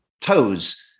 toes